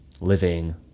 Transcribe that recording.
living